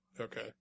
Okay